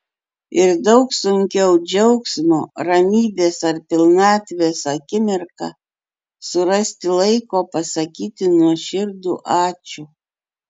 ir daug sunkiau džiaugsmo ramybės ar pilnatvės akimirką surasti laiko pasakyti nuoširdų ačiū